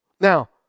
Now